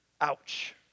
Ouch